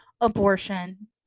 abortion